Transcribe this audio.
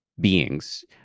beings